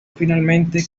finalmente